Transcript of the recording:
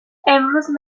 امروز